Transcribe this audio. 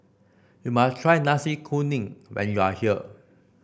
you must try Nasi Kuning when you are here